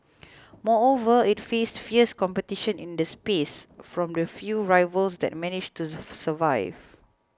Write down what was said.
moreover it faced fierce competition in the space from the few rivals that managed to survive